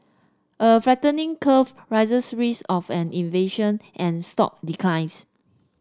a flattening curve raises risk of an inversion and stock declines